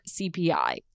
CPI